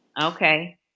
Okay